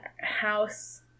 house